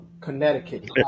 Connecticut